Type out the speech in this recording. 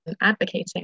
advocating